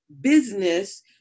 business